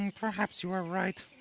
and perhaps you are right.